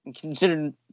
considered